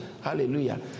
Hallelujah